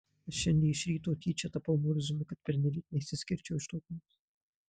aš šiandien iš ryto tyčia tapau murziumi kad pernelyg neišsiskirčiau iš daugumos